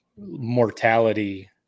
mortality